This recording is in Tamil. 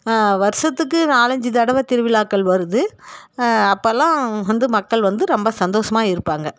வருஷத்துக்கு நாலஞ்சி தடவை திருவிழாக்கள் வருது அப்போல்லாம் வந்து மக்கள் வந்து ரொம்ப சந்தோசமாக இருப்பாங்க